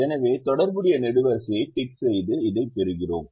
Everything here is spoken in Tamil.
எனவே தொடர்புடைய நெடுவரிசையை டிக் செய்து இதைப் பெறுகிறோம்